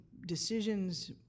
decisions